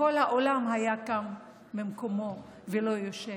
וכל האולם היה קם ממקומו ולא יושב.